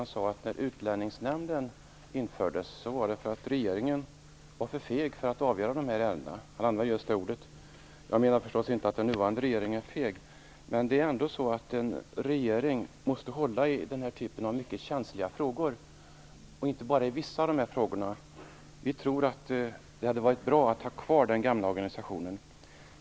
Han sade att Utlänningsnämnden infördes därför att regeringen var för feg för att avgöra ärendena. Han använde just det ordet. Jag menar förstås inte att den nuvarande regeringen är feg. Men det är ändå så att regeringen måste hålla i den här typen av mycket känsliga frågor och inte bara i vissa av frågorna. Vi tror att det hade varit bra om man hade behållit den gamla organisationen.